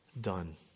done